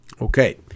Okay